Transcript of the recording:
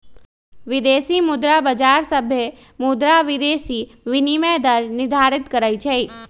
विदेशी मुद्रा बाजार सभे मुद्रा विदेशी विनिमय दर निर्धारित करई छई